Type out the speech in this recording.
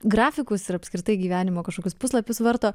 grafikus ir apskritai gyvenimo kažkokius puslapius varto